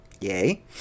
Yay